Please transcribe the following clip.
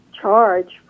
charge